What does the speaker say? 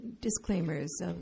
disclaimers